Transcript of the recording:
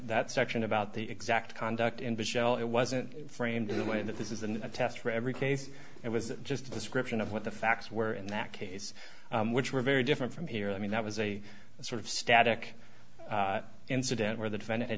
that section about the exact conduct and visual it wasn't framed in the way that this isn't a test for every case it was just a description of what the facts were in that case which were very different from here i mean that was a sort of static incident where